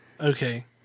Okay